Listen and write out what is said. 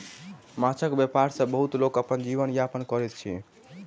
माँछक व्यापार सॅ बहुत लोक अपन जीवन यापन करैत अछि